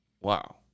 Wow